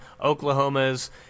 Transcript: Oklahoma's